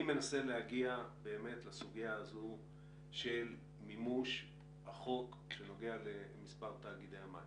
אני מנסה להגיע באמת לסוגיה הזו של מימוש החוק שנוגע למספר תאגידי המים,